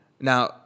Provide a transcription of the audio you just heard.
Now